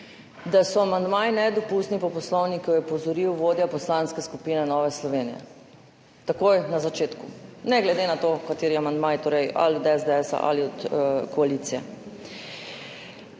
Da so amandmaji nedopustni po poslovniku je opozoril vodja Poslanske skupine Nova Slovenija takoj na začetku, ne glede na to, kateri amandmaji, torej ali od SDS ali od koalicije.